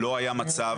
לא היה מצב,